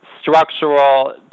Structural